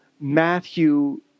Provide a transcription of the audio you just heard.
Matthew